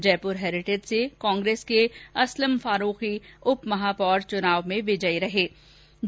Jaipur heritage से कांग्रेस के असलम फारूकी उप महापौर चुनाव में विजयी हुए